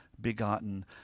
begotten